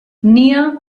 nia